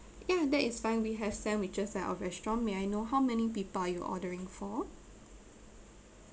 ya that is fine we have sandwiches at our restaurant may I know how many people are you ordering for